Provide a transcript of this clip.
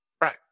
Right